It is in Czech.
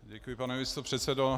Děkuji, pane místopředsedo.